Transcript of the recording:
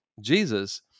Jesus